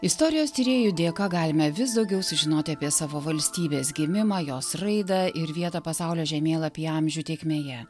istorijos tyrėjų dėka galime vis daugiau sužinoti apie savo valstybės gimimą jos raidą ir vietą pasaulio žemėlapy amžių tėkmėje